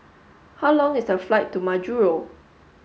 how long is the flight to Majuro